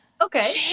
Okay